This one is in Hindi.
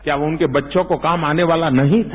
क्या वो उनके बच्चों के काम नहीं आने वाला नहीं था